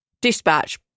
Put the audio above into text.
dispatch